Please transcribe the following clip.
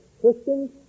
Christians